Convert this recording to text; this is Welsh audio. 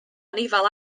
anifail